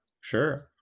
Sure